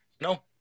No